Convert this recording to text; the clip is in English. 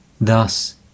Thus